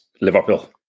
Liverpool